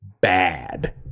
bad